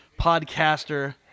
podcaster